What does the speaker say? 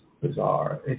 bizarre